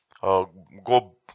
go